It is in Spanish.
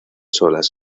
solas